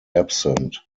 absent